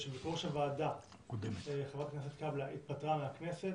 הוועדה תבחר יושב-ראש מבין חבריה לפי המלצת ועדת הכנסת.